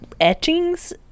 etchings